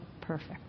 perfect